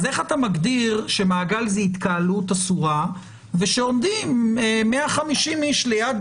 אז איך אתה מגדיר שמעגל זה התקהלות אסורה ושעומדים 150 איש ליד